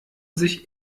sich